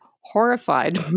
horrified